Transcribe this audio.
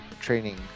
training